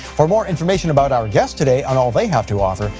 for more information about our guest today and all they have to offer,